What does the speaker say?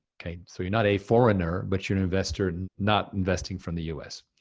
okay? so you're not a foreigner, but you're an investor and not investing from the us.